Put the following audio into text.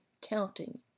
counting